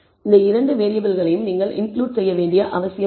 எனவே இந்த இரண்டு வேறியபிள்களையும் நீங்கள் இன்கிளுட் செய்ய வேண்டிய அவசியமில்லை